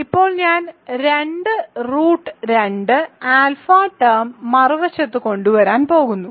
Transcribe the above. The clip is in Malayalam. ഇപ്പോൾ ഞാൻ രണ്ട് റൂട്ട് 2 ആൽഫ ടേം മറുവശത്ത് കൊണ്ടുവരാൻ പോകുന്നു